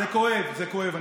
זה כואב, זה כואב.